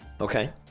Okay